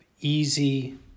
easy